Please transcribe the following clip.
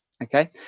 Okay